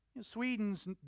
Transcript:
Sweden's